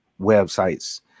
websites